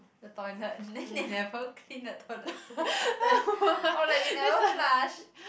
the toilet then they never clean the toilet seat after or like they never flush